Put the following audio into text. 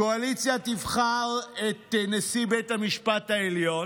הקואליציה תבחר את נשיא בית המשפט העליון